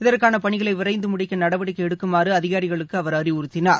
இதற்கான பணிகளை விரைந்து முடிக்க நடவடிக்கை எடுக்குமாறு அதிகாரிகளுக்கு அவர் அறிவுறுத்தினார்